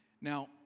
now